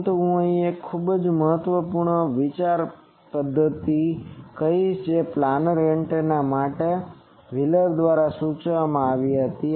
પરંતુ હવે હું એક ખૂબ જ મહત્વપૂર્ણ વિચાર પદ્ધતિ કહીશ જે આ પ્લાનર એન્ટેના માટે વ્હીલર દ્વારા સૂચવવામાં આવી હતી